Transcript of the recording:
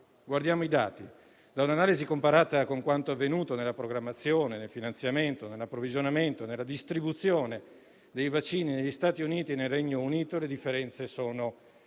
Guardiamo i dati. Da un'analisi comparata con quanto avvenuto nella programmazione, nel finanziamento, nell'approvvigionamento e nella distribuzione dei vaccini negli Stati Uniti e nel Regno Unito le differenze sono evidenti.